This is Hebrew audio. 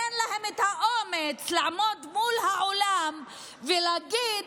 אין להם את האומץ לעמוד מול העולם ולהגיד: